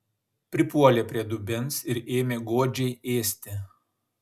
pripuolė prie dubens ir ėmė godžiai ėsti